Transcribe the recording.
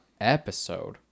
episode